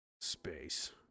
space